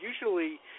usually